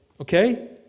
okay